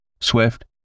Swift